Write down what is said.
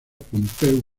pompeu